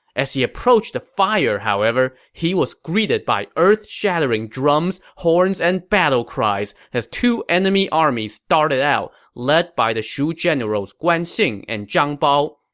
as he approached the fire, however, he was greeted by earth-shattering drums, horns, and battle cries as two enemy armies darted out, led by the shu generals guan xing and zhang bao.